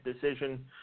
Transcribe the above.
decision